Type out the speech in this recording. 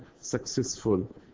successful